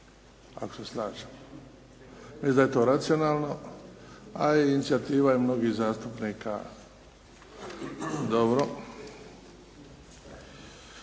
Ako se slažete. Mislim da je to racionalno, a i inicijativa je mnogih zastupnika. Dobro.